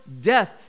death